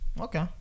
Okay